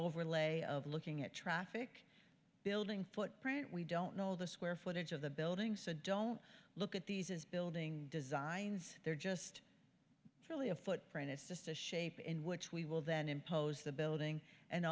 overlay of looking at traffic building footprint we don't know the square footage of the building so don't look at these as building designs they're just it's really a footprint it's just a shape in which we will then impose the building and